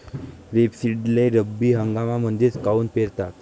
रेपसीडले रब्बी हंगामामंदीच काऊन पेरतात?